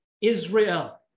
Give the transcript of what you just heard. Israel